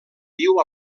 viu